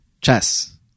chess